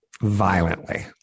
violently